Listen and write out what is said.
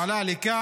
כשהוא עלה לכאן